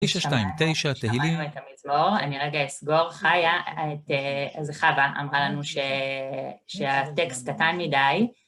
929, תהילים. שמענו את המזמור, אני רגע אסגור חיה, את... זה חווה, אמרה לנו ש... שהטקסט קטן מדי...